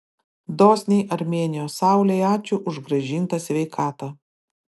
dosniai armėnijos saulei ačiū už grąžintą sveikatą